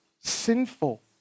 sinful